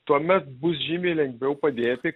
tuomet bus žymiai lengviau padėti